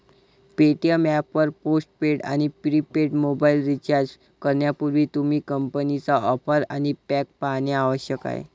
Paytm app वर postpaid आणि prepaid mobile recharge करण्यापूर्वी, तुम्ही कंपनीच्या ऑफर आणि पॅक पाहणे आवश्यक आहे